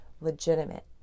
legitimate